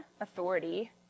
authority